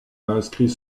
inscrit